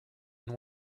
and